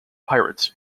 pirates